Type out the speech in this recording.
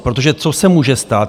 Protože co se může stát?